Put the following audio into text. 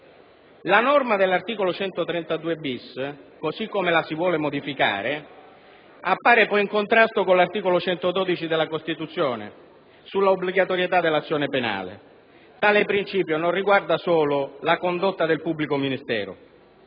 La norma dell'articolo 132-*bis*,così come modificata dai citati emendamenti, appare poi in contrasto con l'articolo 112 della Costituzione sull'obbligatorietà dell'azione penale. Tale principio non riguarda solo la condotta del pubblico ministero;